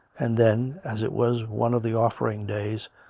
and then, as it was one of the offering days,